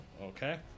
Okay